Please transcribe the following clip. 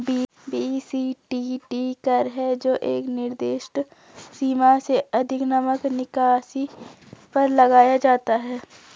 BCTT कर है जो एक निर्दिष्ट सीमा से अधिक नकद निकासी पर लगाया जाता है